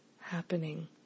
happening